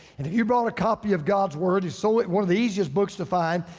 and if you brought a copy of god's word you saw it, one of the easiest books to find.